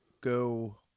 go